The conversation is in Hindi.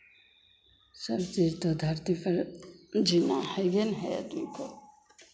सब चीज़ तो धरती पर जीना हैए ना है आदमी को